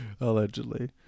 Allegedly